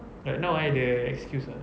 right now I ada excuse ah